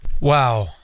Wow